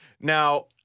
Now